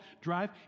drive